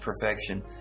perfection